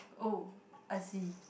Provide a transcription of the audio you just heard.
oh I see